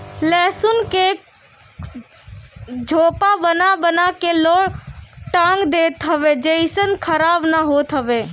लहसुन के झोपा बना बना के लोग टांग देत हवे जेसे इ खराब ना होत हवे